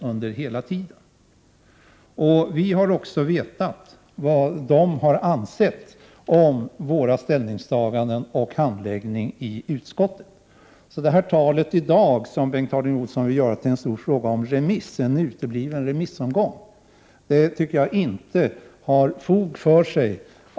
Vi har också känt till vad dessa organisationer har ansett om våra ställningstaganden och handläggningen i utskottet. Bengt Harding Olson har i dag velat göra en stor sak av en utebliven remissomgång. Det anser jag inte har fog för sig.